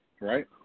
Right